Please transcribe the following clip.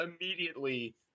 immediately